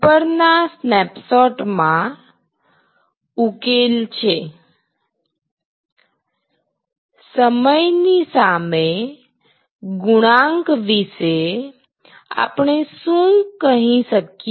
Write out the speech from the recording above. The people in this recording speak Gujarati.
ઉપરના સ્નેપશોટ માં ઉકેલ છે સમય ની સામે ગુણાંક વિશે આપણે શું કહી શકીએ